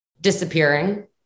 Disappearing